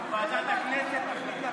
ועדת הכנסת תחליט,